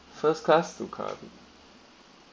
first class to come